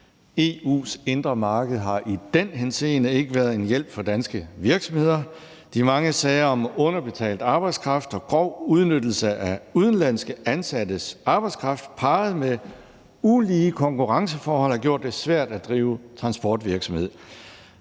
EU's indre marked har i den henseende ikke været en hjælp for danske virksomheder. De mange sager om underbetalt arbejdskraft og grov udnyttelse af udenlandske ansattes arbejdskraft parret med ulige konkurrenceforhold har gjort det svært at drive transportvirksomhed.